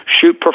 shoot